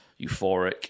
euphoric